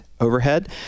overhead